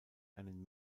einen